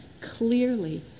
clearly